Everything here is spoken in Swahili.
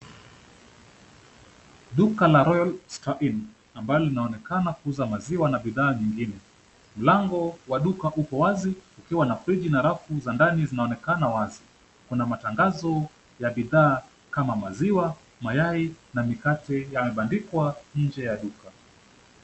Duka la Royal Star Inn ambalo linaonekana kuuza maziwa na bidhaa nyingine. Mlango wa duka upo wazi ukiwa na friji na rafu za ndani zinaonekana wazi. Kuna matangazo ya bidhaa kama maziwa, mayai na mikate yamebandikwa nje ya duka.